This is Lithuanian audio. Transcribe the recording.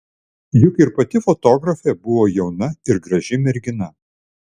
juk ir pati fotografė buvo jauna ir graži mergina